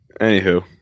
anywho